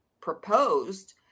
proposed